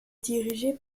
dirigée